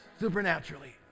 supernaturally